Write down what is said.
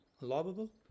Lovable